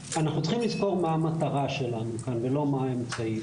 אנחנו צריכים לזכור מה המטרה שלנו כאן ולא מה האמצעים.